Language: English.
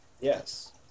Yes